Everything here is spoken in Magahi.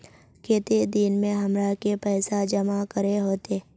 केते दिन में हमरा के पैसा जमा करे होते?